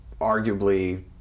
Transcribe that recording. arguably